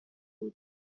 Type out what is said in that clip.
بود